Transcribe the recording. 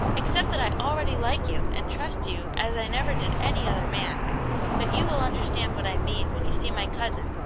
except that i already like you and trust you as i never did any other man but you will understand what i mean when you see my cousin,